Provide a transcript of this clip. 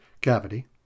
cavity